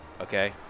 Okay